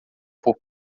por